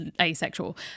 asexual